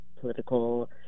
political